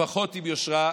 פחות עם יושרה,